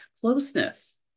closeness